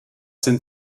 sind